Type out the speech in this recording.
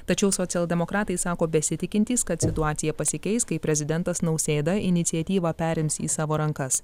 tačiau socialdemokratai sako besitikintys kad situacija pasikeis kai prezidentas nausėda iniciatyvą perims į savo rankas